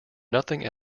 nothing